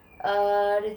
oh